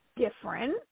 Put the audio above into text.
Different